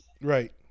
Right